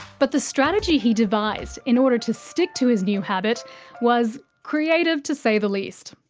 but the strategy he devised in order to stick to his new habit was creative, to say the least.